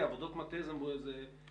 עבודות מטה זה מכובד,